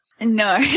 no